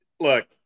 Look